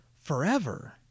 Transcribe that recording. forever